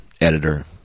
editor